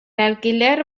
alquiler